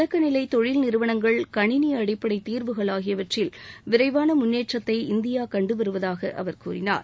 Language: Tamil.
தொடக்க நிலை தொழில் நிறுவனங்கள் கணினி அடிப்படை தீர்வுகள் ஆகியவற்றில் விரைவாள முன்னேற்றத்தை இந்தியா கண்டுவருவதாக அவர் கூறினார்